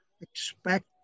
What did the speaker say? expect